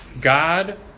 God